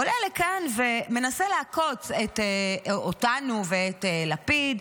עולה לכאן ומנסה לעקוץ אותנו ואת לפיד,